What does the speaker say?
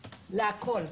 להכול.